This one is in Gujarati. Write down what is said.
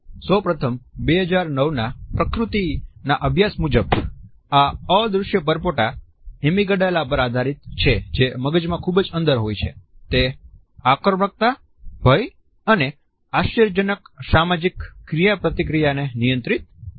સૌપ્રથમ 2009ના પ્રકૃતિના અભ્યાસ મુજબ આ અદૃશ્ય પરપોટા એમીગડાલા પર આધારિત છે જે મગજમાં ખુબ જ અંદર હોય છે તે આક્રમકતા ભય અને આશ્ચર્યજનક સામાજિક ક્રિયાપ્રતિક્રિયાને નિયંત્રિત કરે છે